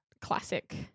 classic